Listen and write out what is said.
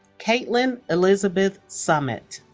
katelyn elizabeth summitt